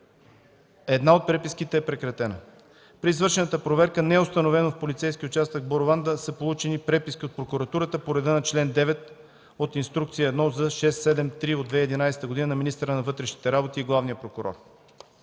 една от преписките е прекратена. При извършената проверка не е установено в полицейския участък в Борован да са получени преписки от прокуратурата по реда на чл. 9 от Инструкция 1 З-673 от 2011 г. на министъра на вътрешните работи и главния прокурор.